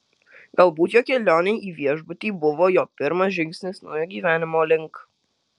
galbūt jo kelionė į viešbutį buvo jo pirmas žingsnis naujo gyvenimo link